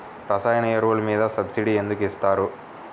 రసాయన ఎరువులు మీద సబ్సిడీ ఎందుకు ఇస్తారు?